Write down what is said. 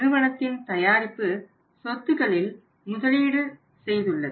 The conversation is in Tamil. நிறுவனத்தின் தயாரிப்பு சொத்துகளில் முதலீடு செய்துள்ளது